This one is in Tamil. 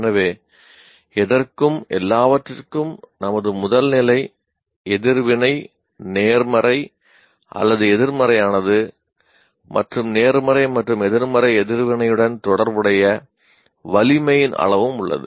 எனவே எதற்கும் எல்லாவற்றிற்கும் நமது முதல் நிலை எதிர்வினை நேர்மறை அல்லது எதிர்மறையானது மற்றும் நேர்மறை மற்றும் எதிர்மறை எதிர்வினையுடன் தொடர்புடைய வலிமையின் அளவும் உள்ளது